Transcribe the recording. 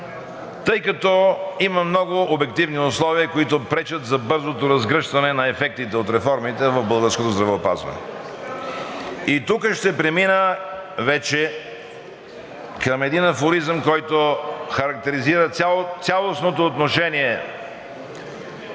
тъй като има много обективни условия, които пречат за бързото разгръщане на ефектите от реформите в българското здравеопазване. И тук ще премина вече към един афоризъм, който характеризира цялостното отношение